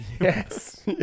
Yes